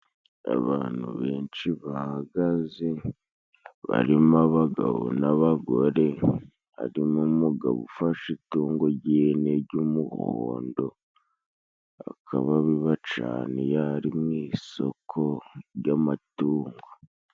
Abantu benshi bahagaze barimo abagabo n'abagore. Harimo umugabo ufashe itungo ry'ihene ry'umuhondo akaba bibacane yari mu isoko ry'amatungo.